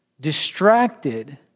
Distracted